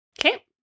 Okay